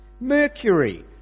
Mercury